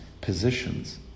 positions